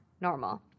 normal